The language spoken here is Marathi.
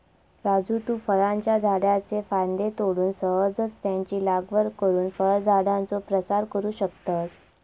राजू तु फळांच्या झाडाच्ये फांद्ये तोडून सहजच त्यांची लागवड करुन फळझाडांचो प्रसार करू शकतस